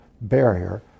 barrier